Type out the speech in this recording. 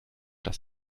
das